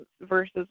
versus